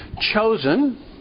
chosen